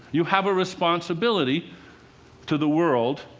you have a responsibility to the world,